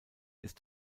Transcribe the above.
ist